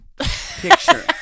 picture